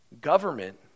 Government